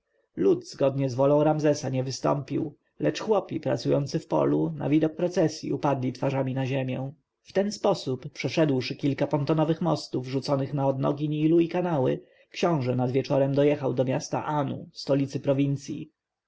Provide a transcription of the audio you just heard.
zgodnie z wolą ramzesa nie wystąpił lecz chłopi pracujący w polu na widok procesji upadali twarzami na ziemię w ten sposób przeszedłszy kilka pontonowych mostów rzuconych na odnogi nilu i kanały książę nad wieczorem dojechał do miasta anu stolicy prowincji